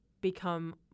become